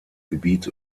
gebiet